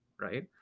right